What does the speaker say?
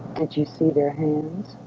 but you see their hands?